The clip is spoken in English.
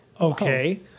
Okay